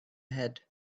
head